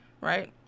right